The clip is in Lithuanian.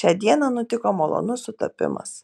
šią dieną nutiko malonus sutapimas